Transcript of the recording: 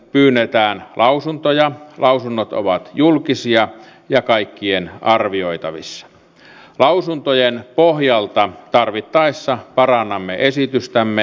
me olemme siitä varoittaneet meidät leimattiin ainoastaan rasisteiksi ja niin edelleen